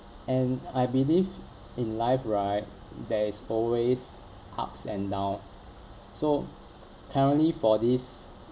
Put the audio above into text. and I believe in life right there is always ups and down so currently for this